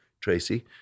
Tracy